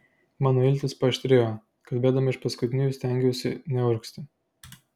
mano iltys paaštrėjo kalbėdama iš paskutiniųjų stengiausi neurgzti